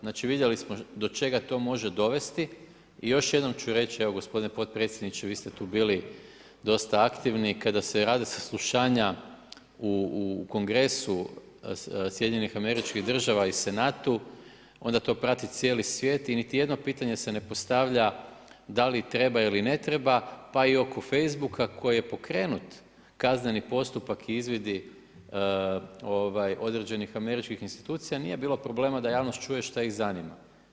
Znači vidjeli smo do čega to može dovesti i još jednom ću reći, evo gospodine podpredsjedniče, vi ste tu bili dosta aktivni kada se rade saslušanja u kongresu SAD-a i Senatu, onda to prati cijeli svijet i niti jedno pitanje se ne postavlja da li treba ili ne treba pa i oko Facebook-a koji je pokrenut kazneni postupak i izvidi određenih Američkih institucija, nije bilo problema da javnost čuje šta ih zanima.